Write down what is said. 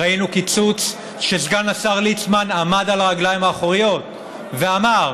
ראינו קיצוץ שסגן השר ליצמן עמד על הרגליים האחוריות ואמר: